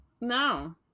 no